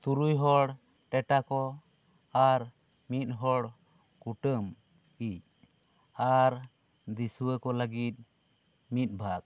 ᱛᱩᱨᱩᱭ ᱦᱚᱲ ᱴᱮᱴᱟ ᱠᱚ ᱟᱨ ᱢᱤᱫ ᱦᱚᱲ ᱠᱩᱴᱟᱹᱢ ᱮᱡ ᱟᱨ ᱫᱤᱥᱩᱣ ᱠᱚ ᱞᱟᱹᱜᱤᱫ ᱢᱤᱫ ᱵᱷᱟᱜᱽ